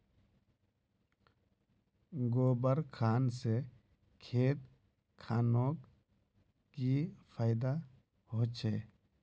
गोबर खान से खेत खानोक की फायदा होछै?